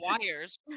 wires